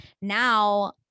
now